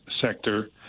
sector